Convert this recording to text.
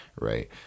right